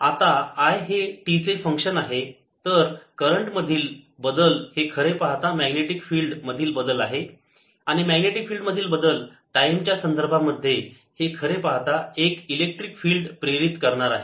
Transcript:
B0nI z आता I हे t चे फंक्शन आहे तर करंट मधील बदल हे खरे पाहता मॅग्नेटिक फिल्ड मधील बदल आहे आणि मॅग्नेटिक फिल्ड मधील बदल टाईम च्या संदर्भामध्ये हे खरे पाहता एक इलेक्ट्रिक फिल्ड प्रेरित करणार आहे